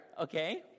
okay